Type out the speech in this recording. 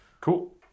Cool